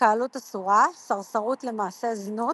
התקהלות אסורה, סרסרות למעשי זנות,